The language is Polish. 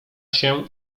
się